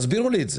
תסבירו לי את זה.